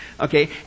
Okay